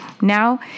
Now